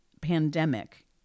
pandemic